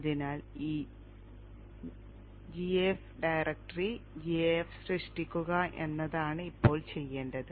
അതിനാൽ ഈ gaf directory gaf സൃഷ്ടിക്കുക എന്നതാണ് ഇപ്പോൾ ചെയ്യേണ്ടത്